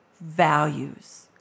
values